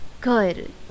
Good